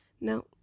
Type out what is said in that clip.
Now